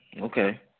Okay